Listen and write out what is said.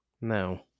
No